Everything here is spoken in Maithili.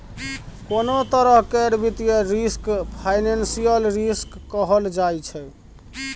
कोनों तरह केर वित्तीय रिस्क फाइनेंशियल रिस्क कहल जाइ छै